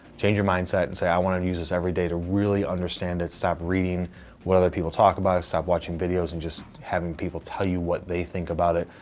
change your mindset and say, i want to use this every day to really understand it. stop reading what other people talk about it, stop watching videos and just having people tell you what they think about it,